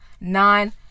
Nine